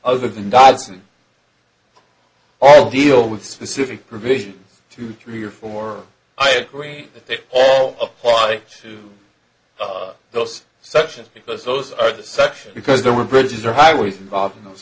other than dobson all deal with specific provisions to three or four i agree that they all apply to those sections because those are the section because there were bridges or highways involved in those